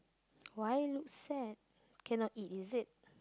why look sad cannot eat is it